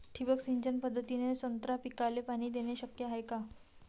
ठिबक सिंचन पद्धतीने संत्रा पिकाले पाणी देणे शक्य हाये का?